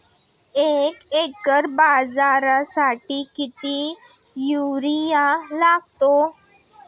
एक एकर बाजरीसाठी किती युरिया लागतो?